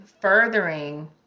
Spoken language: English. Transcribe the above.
furthering